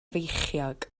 feichiog